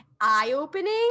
eye-opening